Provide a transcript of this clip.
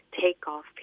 takeoff